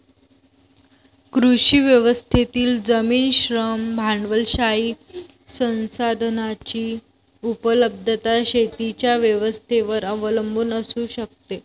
कृषी व्यवस्थेतील जमीन, श्रम, भांडवलशाही संसाधनांची उपलब्धता शेतीच्या व्यवस्थेवर अवलंबून असू शकते